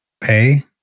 pay